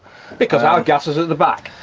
because our gas is at the back.